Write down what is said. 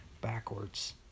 backwards